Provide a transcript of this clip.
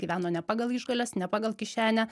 gyveno ne pagal išgales ne pagal kišenę